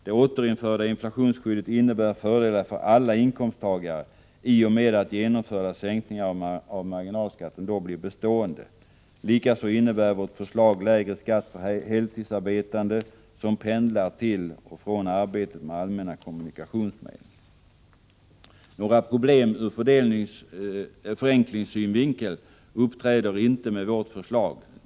Det återinförda inflationsskyddet innebär fördelar för alla inkomsttagare i och med att genomförda sänkningar av marginalskatten då blir bestående. Likaså innebär vårt förslag lägre skatt för heltidsarbetande som pendlar till och från arbetet med allmänna kommunikationsmedel. Några problem ur förenklingssynvinkel uppträder inte med vårt förslag.